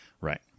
Right